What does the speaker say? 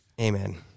Amen